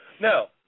No